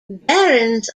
barons